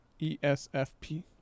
ESFP